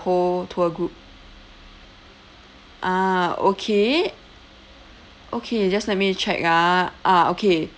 whole tour group ah okay okay just let me check ah ah okay